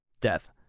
Death